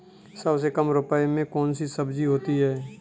सबसे कम रुपये में कौन सी सब्जी होती है?